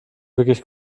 wirklich